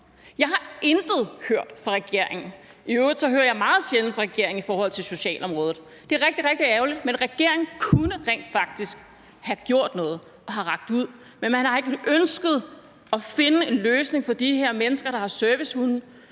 Jeg har intet hørt fra regeringen. I øvrigt hører jeg meget sjældent fra regeringen i forhold til socialområdet. Det er rigtig, rigtig ærgerligt. Regeringen kunne rent faktisk have gjort noget og have rakt ud, men man har ikke ønsket at finde en løsning for de her mennesker, der har servicehunde,